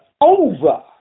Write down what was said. over